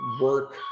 work